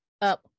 up